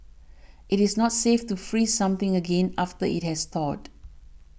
it is not safe to freeze something again after it has thawed